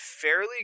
fairly